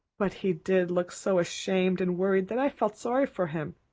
but he did look so ashamed and worried that i felt sorry for him,